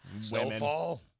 Snowfall